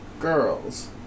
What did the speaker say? girls